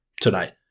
tonight